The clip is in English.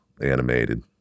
animated